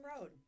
road